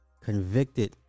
Convicted